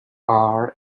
are